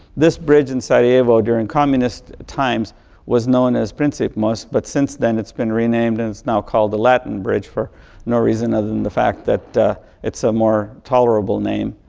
this bridge in sarajevo during communist times was known as princip must, but since then it's been renamed and it's now called the latin bridge for no reason other than the fact that it's a more tolerable name.